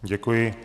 Děkuji.